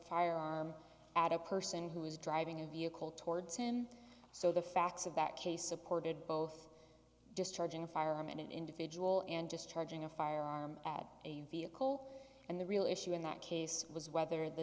firearm at a person who was driving a vehicle towards him so the facts of that case supported both discharging a firearm in an individual and discharging a firearm at a vehicle and the real issue in that case was whether the